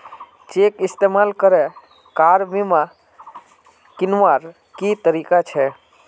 Cheque इस्तेमाल करे car बीमा कीन्वार की तरीका छे?